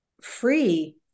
free